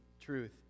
truth